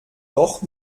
doch